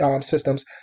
systems